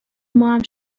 ماهم